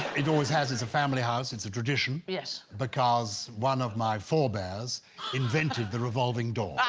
it always has it's a family house it's a tradition. yes, because one of my forebears invented the revolving door